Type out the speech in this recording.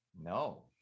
No